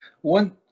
One